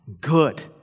Good